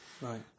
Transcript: Right